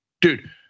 dude